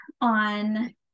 on